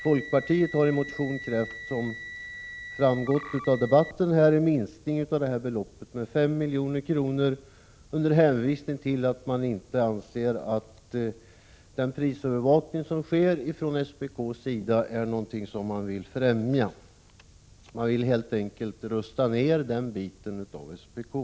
Folkpartiet har — som framgått av debatten — i motion krävt en minskning av detta belopp med 5 milj.kr. under hänvisning till att man inte anser sig vilja främja den prisövervakning som SPK utövar. Man vill helt enkelt rusta ner detta avsnitt av SPK.